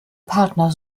partner